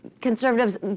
conservatives